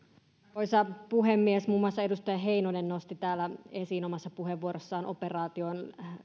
arvoisa puhemies muun muassa edustaja heinonen nosti täällä esiin omassa puheenvuorossaan operaatioon